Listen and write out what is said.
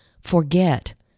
forget